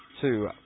two